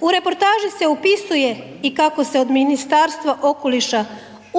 U reportaži se opisuje i kako se od Ministarstva okoliša